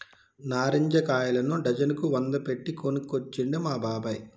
నారింజ కాయలను డజన్ కు వంద పెట్టి కొనుకొచ్చిండు మా బాబాయ్